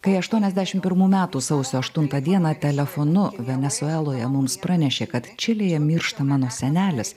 kai aštuoniasdešimt pirmų metų sausio aštuntą dieną telefonu venesueloje mums pranešė kad čilėje miršta mano senelis